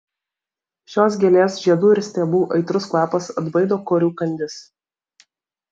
šios gėlės žiedų ir stiebų aitrus kvapas atbaido korių kandis